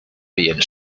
bien